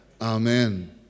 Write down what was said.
Amen